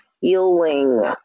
healing